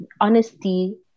honesty